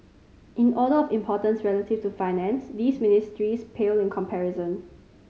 in order of importance relative to Finance these ministries pale in comparison